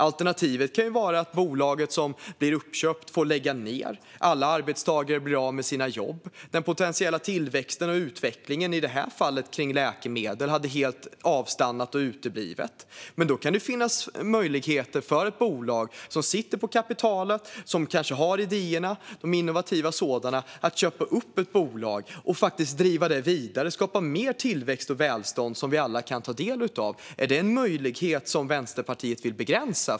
Alternativet kan vara att bolaget som blir uppköpt får lägga ned, att alla arbetstagare blir av med sina jobb. Den potentiella tillväxten och utvecklingen i fallet med läkemedel hade avstannat och uteblivit. Då finns möjligheter för ett bolag som sitter på kapitalet, som har innovativa idéer, att köpa upp ett bolag och driva det vidare samt skapa mer tillväxt och välstånd som vi alla kan ta del av. Är det en möjlighet som Vänsterpartiet vill begränsa?